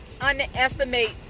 underestimate